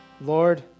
Lord